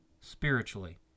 spiritually